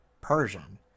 Persian